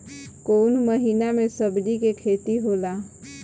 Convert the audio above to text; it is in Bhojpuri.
कोउन महीना में सब्जि के खेती होला?